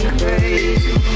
crazy